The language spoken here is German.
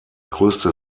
größte